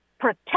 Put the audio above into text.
protect